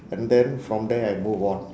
and then from there I move on